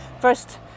first